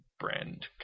brand